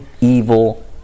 evil